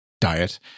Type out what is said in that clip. diet